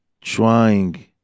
trying